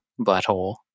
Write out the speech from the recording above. butthole